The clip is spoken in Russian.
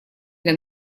для